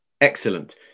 Excellent